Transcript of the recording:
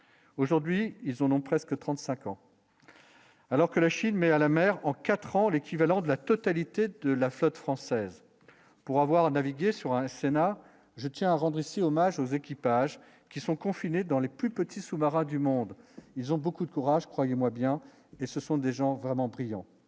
aujourd'hui, ils ont presque 35 ans alors que la Chine, mais à la mer en 4 ans, l'équivalent de la totalité de la flotte française pour avoir navigué sur un Sénat, je tiens à rendre ici hommage aux équipages qui sont confinés dans les plus petits sous-marins du monde. Ils ont beaucoup de courage, croyez-moi bien, et ce sont des gens vraiment brillant,